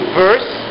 verse